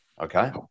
okay